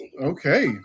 Okay